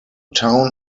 town